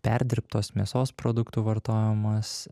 perdirbtos mėsos produktų vartojimas